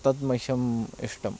तद् मह्यम् इष्टं